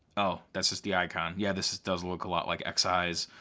oh, that's just the icon. yeah, this does look a lot like xeyes.